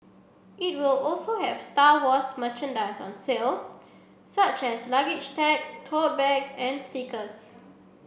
it will also have Star Wars merchandise on sale such as luggage tags tote bags and stickers